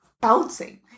bouncing